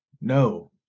No